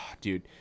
dude